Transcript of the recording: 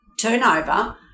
turnover